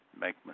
make